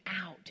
out